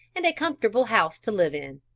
and a comfortable house to live in.